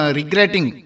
regretting